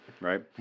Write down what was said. right